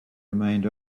remained